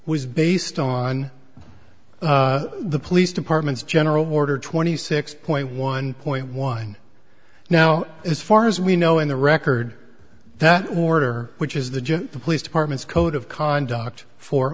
was based on the police department's general order twenty six point one point one now as far as we know in the record that order which is the police department's code of conduct for